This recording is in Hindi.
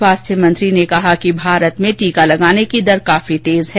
स्वास्थ्य मंत्री ने कहा कि भारत में टीका लगाने की दर काफी तेज है